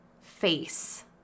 face